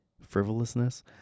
frivolousness